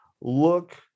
look